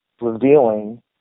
revealing